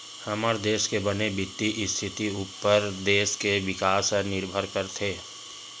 हमर देस के बने बित्तीय इस्थिति उप्पर देस के बिकास ह निरभर करथे